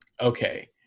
okay